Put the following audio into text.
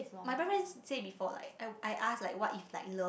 my boyfriend say before like I I ask like what if like love